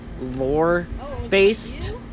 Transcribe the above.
lore-based